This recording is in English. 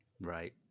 right